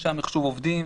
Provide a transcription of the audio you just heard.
אנשי המחשוב עובדים,